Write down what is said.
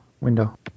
window